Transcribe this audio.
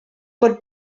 bod